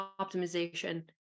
optimization